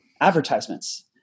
advertisements